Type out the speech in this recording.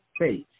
face